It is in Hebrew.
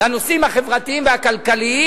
לנושאים החברתיים והכלכליים.